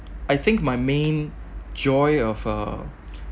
I think my main joy of uh